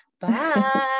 bye